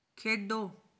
ਖੇਡੋ